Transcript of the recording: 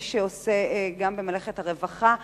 ולמי שעושה גם במלאכת הרווחה,